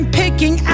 picking